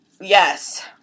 Yes